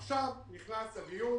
עכשיו נכנס הדיון